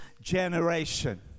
generation